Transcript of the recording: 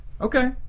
Okay